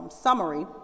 summary